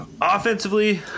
Offensively